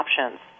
options